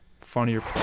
funnier